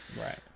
right